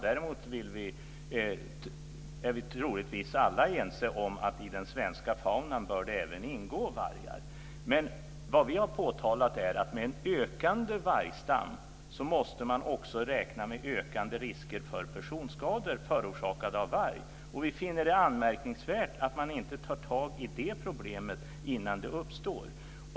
Däremot är vi troligtvis alla ense om att det i den svenska faunan även bör ingå vargar. Det vi har påtalat är att man med en ökande vargstam också måste räkna med ökande risker för personskador förorsakade av varg. Vi finner det anmärkningsvärt att man inte tar tag i det problemet innan det uppstår.